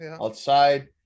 outside